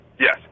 Yes